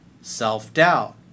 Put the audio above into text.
self-doubt